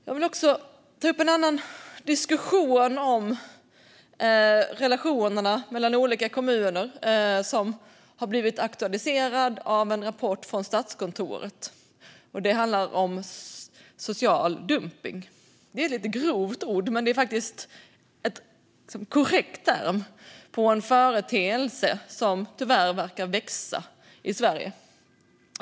Jag vill ta upp en annan diskussion om relationerna mellan olika kommuner, som har blivit aktualiserad av en rapport från Statskontoret. Det handlar om social dumpning. Det är ett lite grovt ord men faktiskt en korrekt term på en företeelse som tyvärr verkar växa i Sverige.